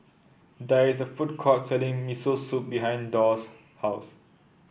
there is a food court selling Miso Soup behind Dorr's house